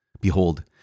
Behold